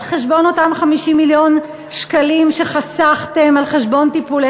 על חשבון אותם 50 מיליון שקלים שחסכתם על-חשבון טיפולי